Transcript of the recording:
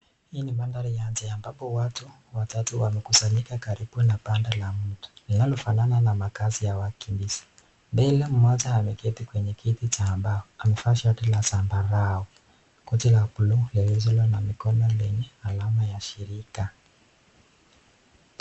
Hii ni mandhari ya nje ambapo watu watatu wamesanyika karibu na banda la mti, linalofanana na makazi ya wakimbizi. Mbele mmoja ameketi kwenye kiti cha mbao, amevaa shati la zambarau, koti la buluu lisilo na mikono lenye alama la shirika.